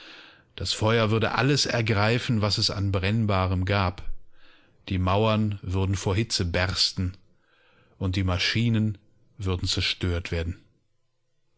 das feuer bald auf das dach des eisenwerks hinüberspringen dasfeuerwürdeallesergreifen wasesanbrennbaremgab die mauern würden vor hitze bersten und die maschinen würden zerstört werden